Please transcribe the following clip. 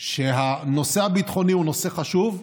שהנושא הביטחוני הוא נושא חשוב,